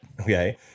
Okay